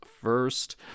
first